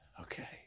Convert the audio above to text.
okay